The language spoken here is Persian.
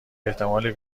احتمال